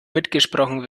mitgesprochen